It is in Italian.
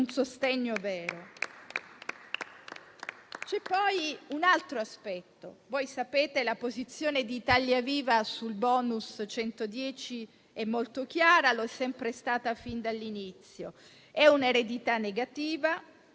C'è poi un altro aspetto. Voi sapete che la posizione di Italia Viva sul *bonus* 110 è molto chiara e lo è sempre stata fin dall'inizio. È un'eredità negativa,